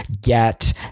Get